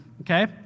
okay